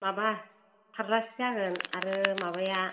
माबा फारलासे जागोन आरो माबाया